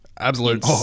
Absolute